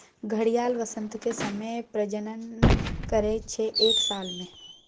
घड़ियाल बसंतक समय मे प्रजनन करय छै एक साल मे